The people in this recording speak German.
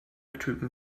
typen